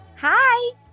Hi